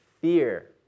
Fear